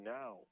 now